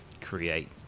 create